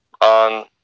on